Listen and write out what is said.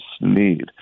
need